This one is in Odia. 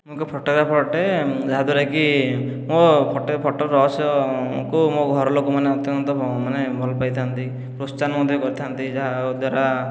ମୁଁ ଗୋଟିଏ ଫଟୋଗ୍ରାଫର ଅଟେ ଯାହାଦ୍ୱାରା କି ମୋ' ଫଟୋ ରହସ୍ୟକୁ ମୋ' ଘର ଲୋକମାନେ ଅତ୍ୟନ୍ତ ମାନେ ଭଲପାଇଥାନ୍ତି ମାନେ ପ୍ରୋତ୍ସାହନ ମଧ୍ୟ କରିଥାନ୍ତି ଯାହାଦ୍ୱାରା